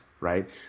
right